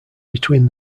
between